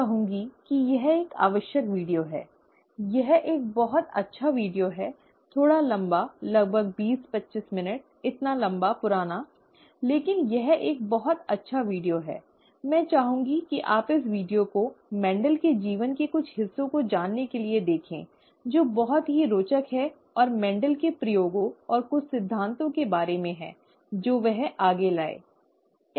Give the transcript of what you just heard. मैं कहूंगा कि यह एक आवश्यक वीडियो है यह एक बहुत अच्छा वीडियो है थोड़ा लंबा लगभग बीस पच्चीस मिनट इतना लंबा पुराना लेकिन यह एक बहुत अच्छा वीडियो है ठीक है मैं चाहूंगा कि आप इस वीडियो को मेंडल Mendel's के जीवन के कुछ हिस्सों को जानने के लिए देखें जो बहुत ही रोचक है और मेंडल Mendel's के प्रयोगों और कुछ सिद्धांतों के बारे में है जो वह आगे लाए ठीक है